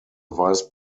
vice